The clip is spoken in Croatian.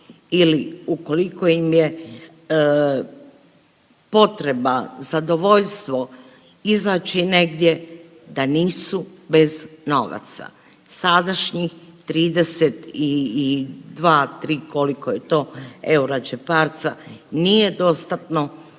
ili ukoliko im je potreba zadovoljstvo izaći negdje da nisu bez novaca. Sadašnjih 30 i 2-3 koliko je to eura džeparca nije dostatno